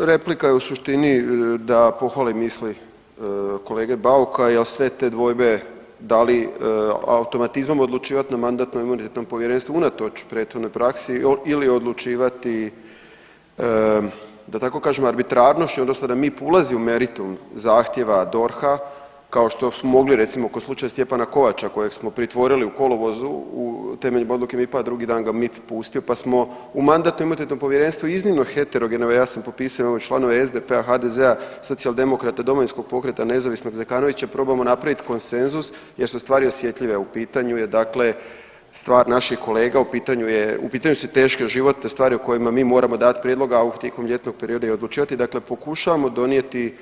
Pa replika je u suštini da pohvalim misli kolege Bauka jel sve te dvojbe da li automatizmom odlučivati na Mandatno-imunitetnom povjerenstvu unatoč prethodnoj praksi ili odlučivati da tako kažem arbitrarnošću odnosno da mi ulazimo u meritum zahtjeva DORH-a kao što smo mogli recimo kod slučaja Stjepana Kovača kojeg smo pritvorili u kolovozu temeljem odluke MIP-a, a drugi dan ga MIP pustio pa smo u Mandatno-imunitetnom povjerenstvu iznimno heterogeni evo ja sam popisao i članove SDP-a, HDZ-a, Socijaldemokrata, Domovinskog pokreta, nezavisnog Zekanovića probamo napraviti konsenzus jer smo stvari osjetljive, a u pitanju je dakle stvar naših kolega, u pitanju je, u pitanju su teške životne stvari o kojima mi moramo dati prijedlog, a tijekom ljetnog perioda i odlučivati, dakle pokušavamo donijeti,